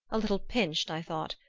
a little pinched, i thought,